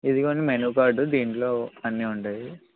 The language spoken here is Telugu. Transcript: ఇదిగోండి మెను కార్డ్ దీంట్లో అన్నీ ఉంటాయి